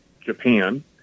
Japan